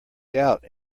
doubt